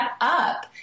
up